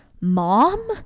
mom